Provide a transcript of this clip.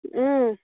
ꯎꯝ